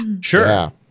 sure